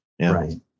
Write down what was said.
Right